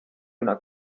una